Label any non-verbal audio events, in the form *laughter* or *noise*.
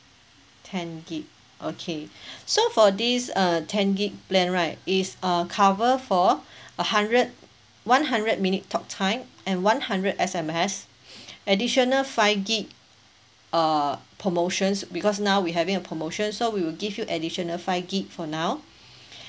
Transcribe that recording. ten gig okay so for this uh ten gig plan right is a cover for a hundred one hundred minute talk time and one hundred S_M_S *noise* additional five gig uh promotions because now we having a promotion so we will give you additional five gig for now